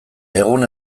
egun